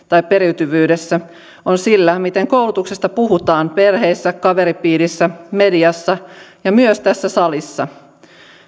tai periytyvyydessä on sillä miten koulutuksesta puhutaan perheessä kaveripiirissä mediassa ja myös tässä salissa